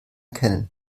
kennen